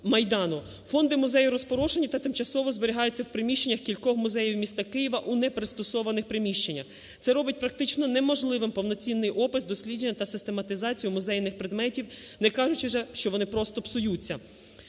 Фонди музею розпорошені та тимчасово зберігаються у приміщеннях кількох музеїв міста Києва, у непристосованих приміщеннях. Це робить практично неможливим повноцінний опис, дослідження та систематизацію музейних предметів, не кажучи вже, що вони просто псуються.